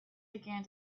began